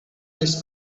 this